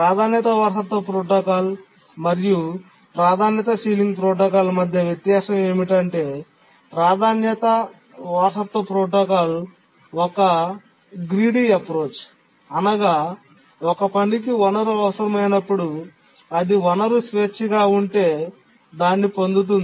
ప్రాధాన్యతా వారసత్వ ప్రోటోకాల్ మరియు ప్రాధాన్యత సీలింగ్ ప్రోటోకాల్ మధ్య వ్యత్యాసం ఏమిటంటే ప్రాధాన్యత వారసత్వ ప్రోటోకాల్ ఒక అత్యాశ విధానం అనగా ఒక పనికి వనరు అవసరమైనప్పుడు అది వనరు స్వేచ్ఛగా ఉంటే దాన్ని పొందుతుంది